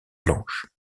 blanches